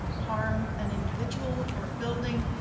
harm an individual or a building.